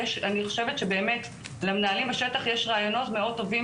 אני חושבת שבאמת למנהלים בשטח יש רעיונות מאוד טובים